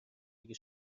اگه